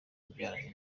yabyaranye